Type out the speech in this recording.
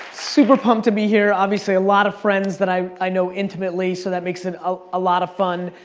super pumped to be here. obviously a lot of friends that i i know intimately, so that makes it ah a lot of fun.